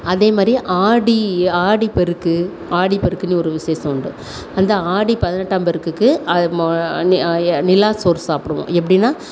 அதேமாதிரி ஆடி ஆடிப்பெருக்கு ஆடிப்பெருக்குனு ஒரு விசேஷம் உண்டு அந்த ஆடி பதினெட்டாம் பெருக்குக்கு நிலா சோறு சாப்பிடுவோம் எப்படினா